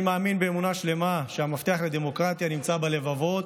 אני מאמין באמונה שלמה שהמפתח לדמוקרטיה נמצא בלבבות,